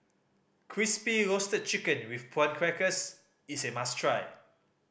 Crispy Roasted Chicken with Prawn Crackers is a must try